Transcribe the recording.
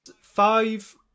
Five